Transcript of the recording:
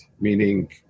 meaning